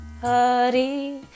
Hari